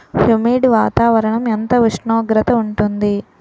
Humid వాతావరణం ఎంత ఉష్ణోగ్రత ఉంటుంది?